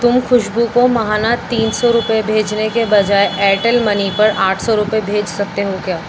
تم خوشبو کو ماہانہ تین سو روپئے بھیجنے کے بجائے ایئرٹیل منی پر آٹھ سو روپئے بھیج سکتے ہو کیا